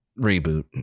reboot